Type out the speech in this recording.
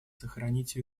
сохранить